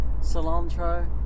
cilantro